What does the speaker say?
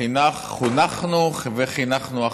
חונכנו וחינכנו אחרים.